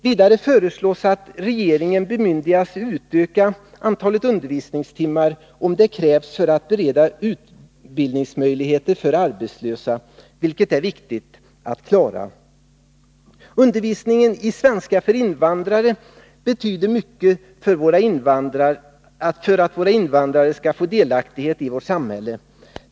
Vidare föreslås att regeringen bemyndigas utöka antalet undervisningstimmar, om detta krävs för att bereda utbildningsmöjligheter för arbetslösa, vilket är viktigt. Undervisningen i svenska för invandrare betyder mycket för att våra invandrare skall få delaktighet i vårt samhälle.